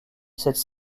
cette